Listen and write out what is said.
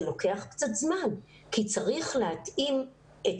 זה לוקח קצת זמן כי צריך להתאים את